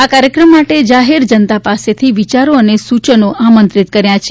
આ કાર્યક્રમ માટે જાહેર જનતા પાસેથી વિયારો અને સૂચનો આમંત્રિત કર્યા છે